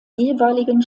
jeweiligen